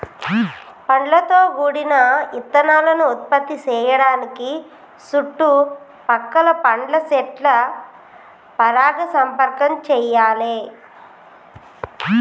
పండ్లతో గూడిన ఇత్తనాలను ఉత్పత్తి సేయడానికి సుట్టు పక్కల పండ్ల సెట్ల పరాగ సంపర్కం చెయ్యాలే